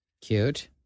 Cute